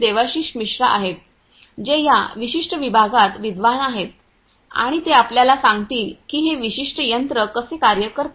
देवाशीष मिश्रा आहेत जे या विशिष्ट विभागात विद्वान आहेत आणि ते आपल्याला सांगतील की हे विशिष्ट यंत्र कसे कार्य करते